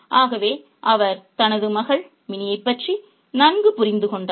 ஆனால் அவர் தனது மகள் மினியைப் பற்றி நன்கு புரிந்து கொண்டார்